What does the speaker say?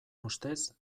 ustez